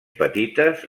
petites